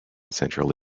central